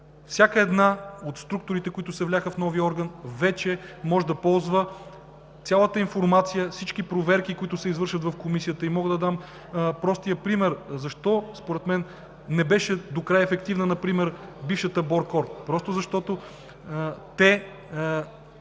Всяка една от структурите, които се вляха в новия орган, вече може да ползва цялата информация, всички проверки, които се извършват в Комисията. Мога да дам простия пример защо според мен не беше докрай ефективна бившата БОРКОР – просто защото те